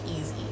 easy